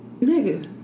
nigga